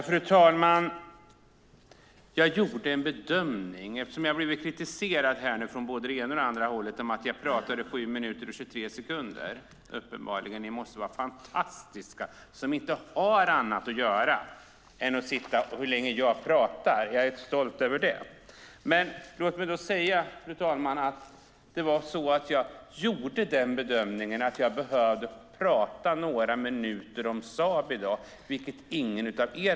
Fru talman! Jag har blivit kritiserad här från både det ena och det andra hållet för att jag uppenbarligen pratade i 7 minuter och 23 sekunder. Ni måste vara fantastiska som inte har annat att göra än att sitta och mäta hur länge jag pratar. Jag är stolt över det. Fru talman! Låt mig då säga att jag gjorde bedömningen att jag behövde prata några minuter om Saab i dag, vilket ingen av er har gjort.